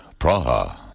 Praha